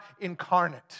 incarnate